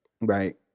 Right